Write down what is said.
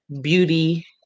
beauty